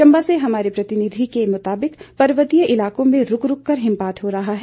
चंबा से हमारे प्रतिनिधि के मुताबिक पर्वतीय इलाकों में रूक रूक कर हिमपात हो रहा है